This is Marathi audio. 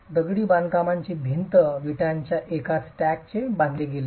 दगडी बांधकामाची भिंत विटांच्या एकाच स्टॅकने बांधली गेली आहे